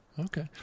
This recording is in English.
Okay